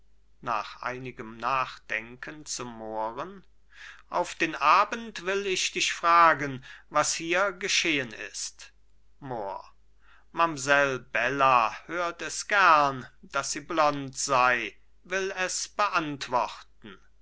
nach einigem nachdenken zum mohren auf den abend will ich dich fragen was hier geschehen ist mohr mamsell bella hört es gern daß sie blond sei will es beantworten